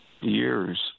years